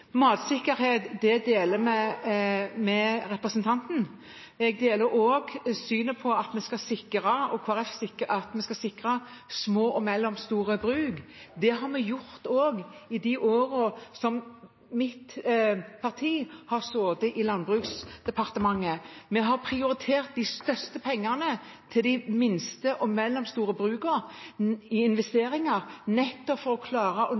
deler vi med representanten. Jeg deler også synet på at vi skal sikre små og mellomstore bruk. Det har vi også gjort i de årene mitt parti har sittet i Landbruksdepartementet. Vi har prioritert de største pengene til investeringer i de minste og mellomstore brukene, nettopp for å klare å